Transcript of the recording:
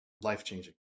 life-changing